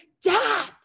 Dad